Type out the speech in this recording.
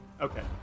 Okay